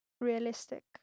realistic